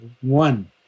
one